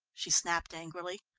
she snapped angrily.